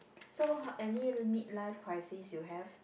so how any mid life crisis you have